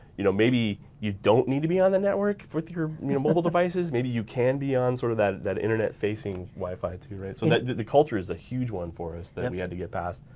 you know maybe you don't need to be on that network with your mobile devices. maybe you can be on sort of that that internet facing wi-fi too, right. so and that that the culture is a huge one for us that and we had to get past.